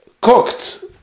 cooked